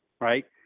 Right